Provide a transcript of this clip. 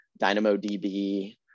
DynamoDB